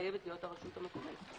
חייבת להיות הרשות המקומית.